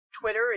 Twitter